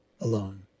alone